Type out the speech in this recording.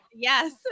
Yes